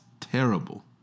terrible